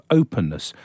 openness